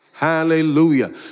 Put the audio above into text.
Hallelujah